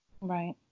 Right